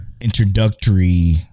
introductory